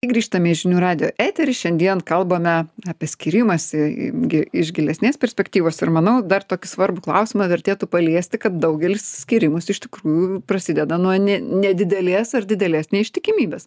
grįžtam į žinių radijo eterį šiandien kalbame apie skyrimąsi gi iš gilesnės perspektyvos ir manau dar tokį svarbų klausimą vertėtų paliesti kad daugelis skyrimusi iš tikrųjų prasideda nuo ne nedidelės ar didelės neištikimybės